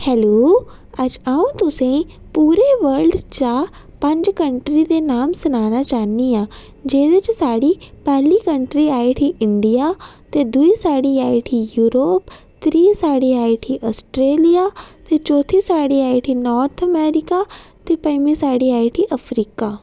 hello अज्ज अ'ऊं तुसें पूरे वर्ल्ड चा पंज कंट्री दे नाम सनाना चाह्नी आं जेह्दे च साह्ड़ी पैह्ली कंट्री आई उठी इंडिया ते दुई साह्ड़ी आई उठी यूरोप त्री साह्ड़ी आई उठी आस्ट्रेलिया ते चौथी साढ़ी आई उठी नार्थ अमरीका ते पंजमी साढ़ी आई उठी अफ्रीका